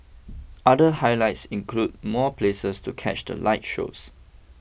other highlights include more places to catch the light shows